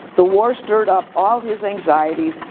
the war stirred up all his anxieties,